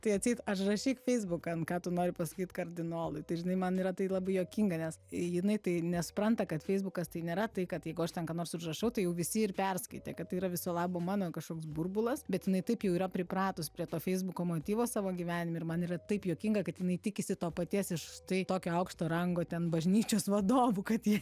tai tai atseit užrašyk feisbukan ką tu nori pasakyt kardinolui tai žinai man yra tai labai juokinga nes jinai tai nesupranta kad feisbukas tai nėra tai kad jeigu aš ten ką nors užrašau tai jau visi ir perskaitė kad tai yra viso labo mano kažkoks burbulas bet jinai taip jau yra pripratus prie to feisbuko motyvo savo gyvenime ir man yra taip juokinga kad jinai tikisi to paties iš tokio aukšto rango ten bažnyčios vadovų kad jie